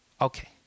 Okay